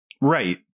Right